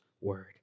word